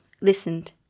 listened